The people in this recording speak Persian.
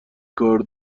کار